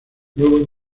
luego